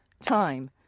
time